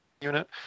unit